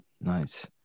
Nice